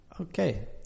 Okay